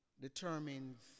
determines